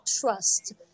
trust